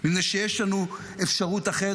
מפני שיש לנו אפשרות אחרת,